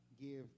give